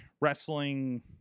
wrestling